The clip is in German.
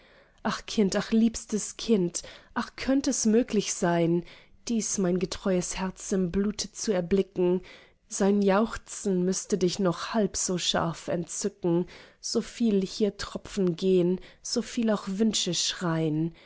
ach kind ach liebstes kind ach könnt es möglich sein dies mein getreues herz im blute zu erblicken sein jauchzen müßte dich noch halb so scharf entzücken so viel hier tropfen gehn so viel auch wünsche schrein